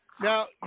Now